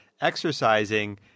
exercising